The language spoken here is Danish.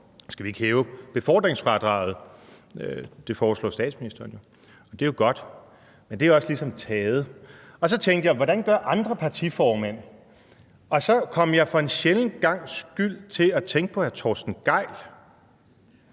Skal vi ikke hæve befordringsfradraget? Og det foreslår statsministeren jo. Det er jo godt, men det emne er ligesom taget. Så tænkte jeg: Hvordan gør andre partiformænd? Og så kom jeg for en sjælden gangs skyld til at tænke på hr. Torsten Gejl.